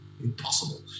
Impossible